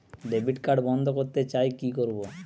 Debit card বন্ধ করতে চাই কি করব?